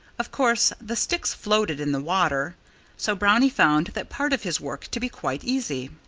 of course, the sticks floated in the water so brownie found that part of his work to be quite easy.